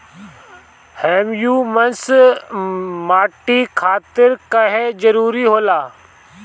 Humus माटी खातिर काहे जरूरी होला?